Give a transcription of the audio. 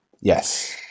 Yes